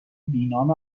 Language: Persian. بینام